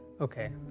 Okay